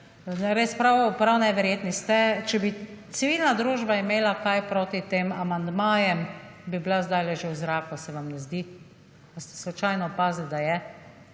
res prav neverjetni ste. Če bi civilna družba imela kaj proti tem amandmajem bi bila zdaj že v zraku se vam ne zdi, ali ste slučajno opazili da je?